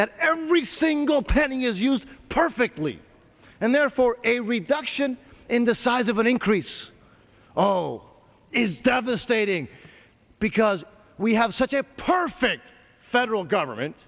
that every single penny is used perfectly and therefore a reduction in the size of an increase oh is devastating because we have such a perfect federal government